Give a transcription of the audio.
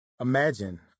Imagine